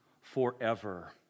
forever